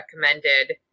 recommended